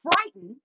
frightened